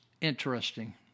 interesting